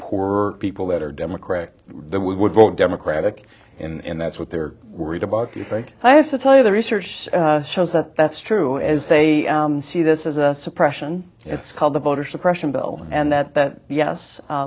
poorer people that are democrats that we would vote democratic and that's what they're worried about i have to tell you the research shows that that's true as they see this as a suppression it's called the voter suppression bill and that that yes